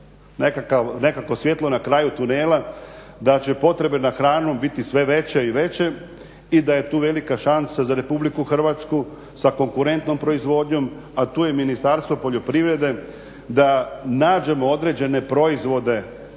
nekakvo svjetlo na kraju tunela da će potrebe za hranom biti sve veće i veće i da je tu velika šansa za RH sa konkurentnom proizvodnjom, a tu je Ministarstvo poljoprivrede da nađemo određene proizvode